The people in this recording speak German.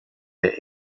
der